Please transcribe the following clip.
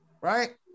Right